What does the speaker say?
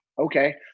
okay